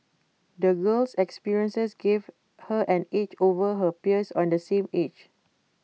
the girl's experiences gave her an edge over her peers on the same age